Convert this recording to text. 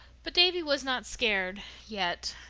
but davy was not scared yet.